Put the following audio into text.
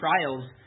trials